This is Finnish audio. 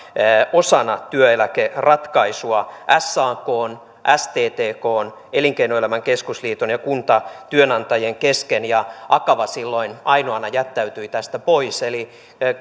osana työeläkeratkaisua sakn sttkn elinkeinoelämän keskusliiton ja kuntatyönantajien kesken ja akava silloin ainoana jättäytyi tästä pois eli